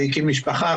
הקים משפחה,